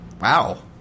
wow